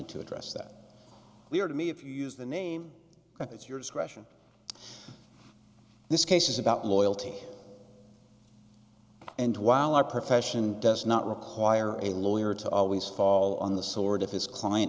to address that we are to me if you use the name that's your discretion this case is about loyalty and while our profession does not require a lawyer to always fall on the sword of his client